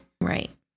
Right